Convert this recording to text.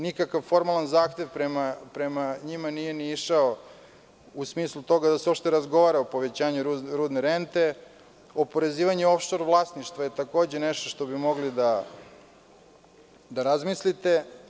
Nikakav formalan zahtev prema njima nije ni išao u smislu toga da se uopšte razgovara o povećanju rudne rente, o oporezivanju of šor vlasništva je takođe nešto o čemu bi mogli da razmislite.